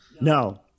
No